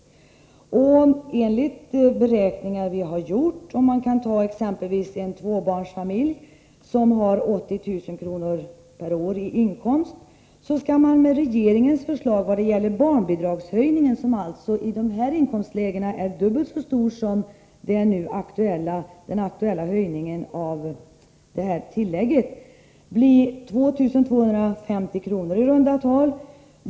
Enligt de beräkningar vi har gjort kommer inkomstförbättringen för en tvåbarnsfa milj, som har 80 000 kr. per år i inkomst, med regeringens förslag om barnbidragshöjning — som i det inkomstläget är dubbelt så stor som den aktuella höjningen av det extra tillägget — att bli 2 250 kr. i runda tal.